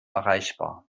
erreichbar